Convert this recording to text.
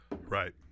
right